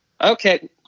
Okay